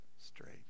straight